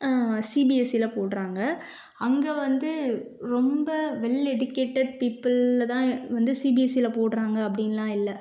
சிபிஎஸ்சில போடுறாங்க அங்கே வந்து ரொம்ப வெல் எடுகேட்டட் பீப்புளை தான் வந்து சிபிஎஸ்சியில போடுறாங்க அப்படின்லாம் இல்லை